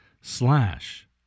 slash